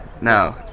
No